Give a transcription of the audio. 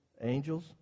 Angels